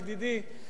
ידידי,